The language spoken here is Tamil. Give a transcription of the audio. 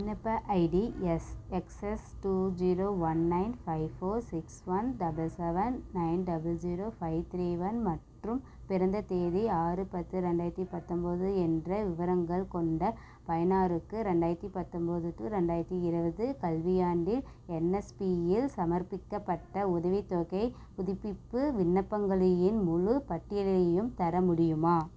விண்ணப்ப ID S X S two zero one nine five four six one double seven nine double zero five three one மற்றும் பிறந்த தேதி ஆறு பத்து ரெண்டாயிரத்தி பத்தொம்போது என்ற விவரங்கள் கொண்ட பயனருக்கு ரெண்டாயிரத்தி பத்தொம்போது டு ரெண்டாயிரத்தி இருபது கல்வியாண்டில் என்எஸ்பியில் சமர்ப்பிக்கப்பட்ட உதவித்தொகைப் புதுப்பிப்பு விண்ணப்பங்களியின் முழுப் பட்டியலையும் தர முடியுமா